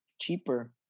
cheaper